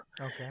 okay